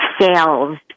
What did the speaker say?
sales